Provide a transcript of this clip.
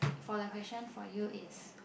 for the question for you is